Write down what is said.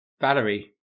Valerie